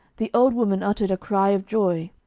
the old woman uttered a cry of joy,